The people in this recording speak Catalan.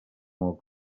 molt